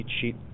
sheet